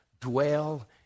dwell